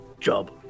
job